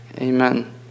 amen